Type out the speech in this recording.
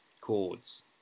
chords